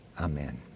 Amen